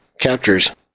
captures